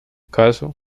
caso